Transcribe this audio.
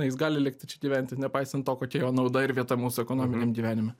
jis gali likti čia gyventi nepaisant to kokia jo nauda ir vieta mūsų ekonominiam gyvenime